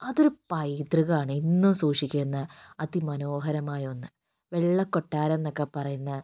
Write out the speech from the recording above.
അതൊരു പൈതൃകമാണ് എന്നും സൂക്ഷിക്കുന്ന അതി മനോഹരമായ ഒന്ന് വെള്ളക്കൊട്ടാരം എന്നൊക്കെ പറയുന്ന